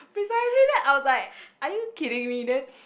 precisely that I was like are you kidding me then